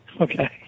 Okay